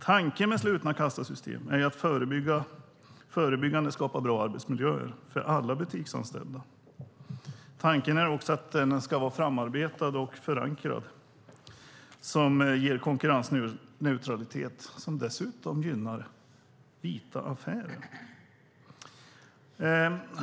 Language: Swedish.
Tanken med slutna kassasystem är att förebyggande skapa bra arbetsmiljöer för alla butiksanställda. Tanken är också att detta ska vara framarbetat och förankrat och ge konkurrensneutralitet. Det gynnar dessutom vita affärer.